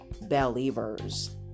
Believers